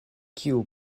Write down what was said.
kiu